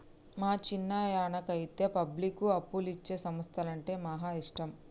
మా చిన్నాయనకైతే పబ్లిక్కు అప్పులిచ్చే సంస్థలంటే మహా ఇష్టం